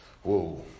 Whoa